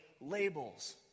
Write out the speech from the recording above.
labels